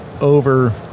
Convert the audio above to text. over